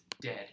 dead